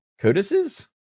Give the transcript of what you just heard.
Codices